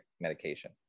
medication